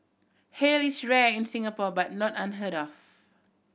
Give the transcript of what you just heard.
hail is rare in Singapore but not unheard of